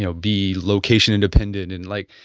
you know be location-independent and like,